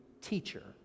teacher